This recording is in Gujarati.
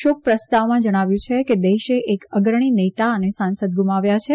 શોક પ્રસ્તાવમાં જણાવ્યું છે કે દેશે એક અગ્રણી નેતા અને સાંસદ ગુમાવ્યા છે